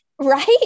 right